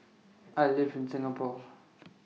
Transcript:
I live in Singapore